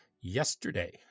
yesterday